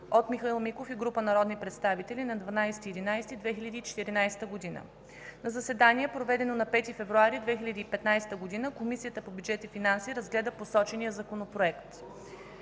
от Михаил Миков и група народни представители на 12 ноември 2014 г. На заседание, проведено на 5 февруари 2015 г., Комисията по бюджет и финанси разгледа посочения Законопроект.